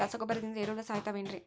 ರಸಗೊಬ್ಬರದಿಂದ ಏರಿಹುಳ ಸಾಯತಾವ್ ಏನ್ರಿ?